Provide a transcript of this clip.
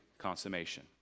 consummation